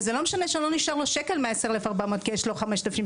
וזה לא משנה אם לא נשאר לו שקל מהסכום הזה ה-5,300